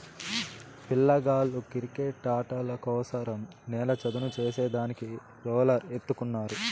పిల్లగాళ్ళ కిరికెట్టాటల కోసరం నేల చదును చేసే దానికి రోలర్ ఎత్తుకున్నారు